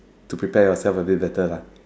to prepare yourself a bit better lah